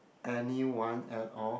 anyone at all